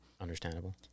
Understandable